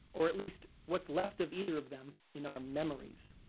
or at least what's left of either of them in our memories.